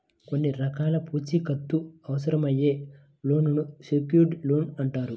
కొన్ని రకాల పూచీకత్తు అవసరమయ్యే లోన్లను సెక్యూర్డ్ లోన్లు అంటారు